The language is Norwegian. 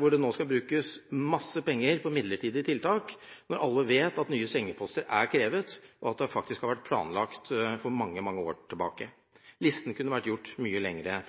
hvor det nå skal brukes mye penger på midlertidige tiltak, når alle vet at nye sengeposter er krevet og faktisk har vært planlagt for mange år siden. Listen kunne vært gjort mye lengre.